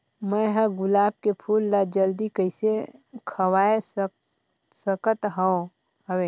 मैं ह गुलाब के फूल ला जल्दी कइसे खवाय सकथ हवे?